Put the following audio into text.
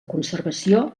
conservació